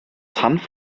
hanf